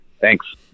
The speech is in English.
Thanks